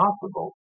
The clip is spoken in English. possible